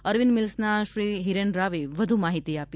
Arvind Mills ના શ્રી હિરેન રાવે વધ્ માહિતી આપી